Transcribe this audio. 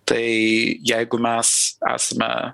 tai jeigu mes esame